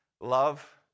love